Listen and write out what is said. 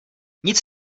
nic